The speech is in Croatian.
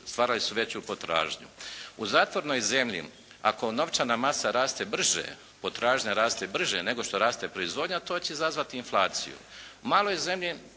stvarali su veću potražnju. U zatvorenoj zemlji ako novčana masa raste brže, potražnja raste brže nego što raste proizvodnja, to će izazvati inflaciju.